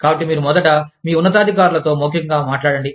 కాబట్టి మీరు మొదట మీ ఉన్నతాధికారులతో మౌఖికంగా మాట్లాడండి